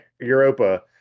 Europa